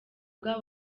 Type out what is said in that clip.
bwa